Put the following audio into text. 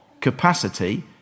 capacity